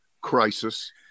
crisis